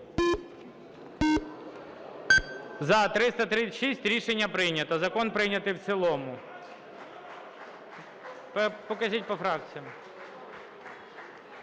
За-336 Рішення прийнято. Закон прийнятий в цілому. Покажіть по фракціям.